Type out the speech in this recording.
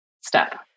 step